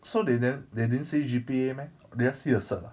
so they nev~ they didn't see G_P_A meh they just see your cert ah